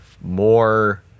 more